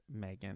Megan